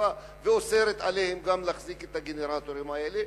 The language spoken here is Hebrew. הסביבה ואוסרת עליהם גם להחזיק את הגנרטורים האלה,